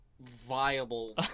viable